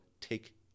take